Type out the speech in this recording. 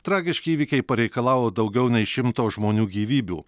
tragiški įvykiai pareikalavo daugiau nei šimto žmonių gyvybių